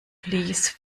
please